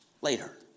Later